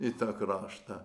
į tą kraštą